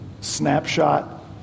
snapshot